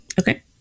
Okay